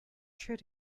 should